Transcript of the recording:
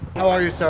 how are you, sir?